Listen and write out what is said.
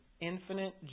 infinite